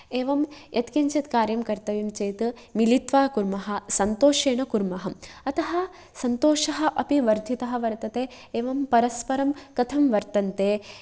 एवं यत्किञ्चित्कार्यं कर्तव्यं चेत् मिलित्वा कुर्मः सन्तोषेण कुर्मः अतः सन्तोषः अपि वर्धितः वर्तते एवं परस्परं कथं वर्तन्ते